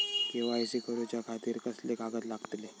KYC करूच्या खातिर कसले कागद लागतले?